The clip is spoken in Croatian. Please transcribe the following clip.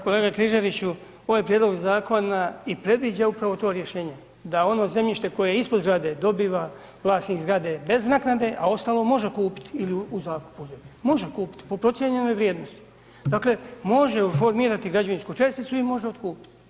Kolega Križaniću, ovaj prijedlog zakona i predviđa upravo to rješenje, da ono zemljište koje je ispod zgrade dobiva vlasnik zgrade bez naknade, a ostalo može kupit ili u zakup uzet, može kupit po procijenjenoj vrijednosti, dakle može oformirati građevinsku česticu i može otkupit.